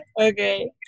okay